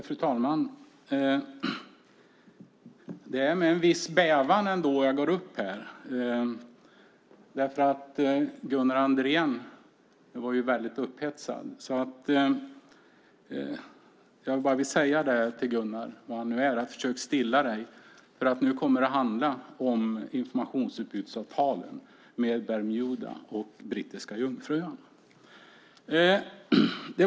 Fru talman! Det är med en viss bävan jag går upp i talarstolen. Gunnar Andrén var upphetsad. Försök stilla dig, Gunnar. Nu kommer det att handla om informationsutbytesavtalen med Bermuda och Brittiska Jungfruöarna.